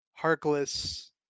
Harkless